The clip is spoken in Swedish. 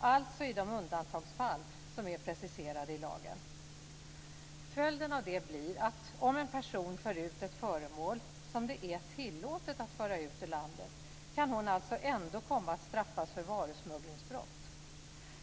alltså i de undantagsfall som är preciserade i lagen. Följden blir att om en person för ut ett föremål som det är tillåtet att föra ut ur landet, kan hon ändå komma att straffas för varusmugglingsbrott.